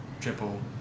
triple